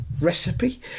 recipe